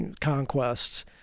conquests